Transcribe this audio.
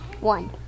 One